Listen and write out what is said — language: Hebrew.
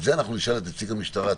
את זה אנחנו נשאל את נציג המשטרה תכף.